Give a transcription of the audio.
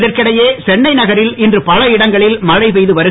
இதற்கிடையே சென்னை நகரில் இன்று பல இடங்களில் மழை பெய்து வருகிறது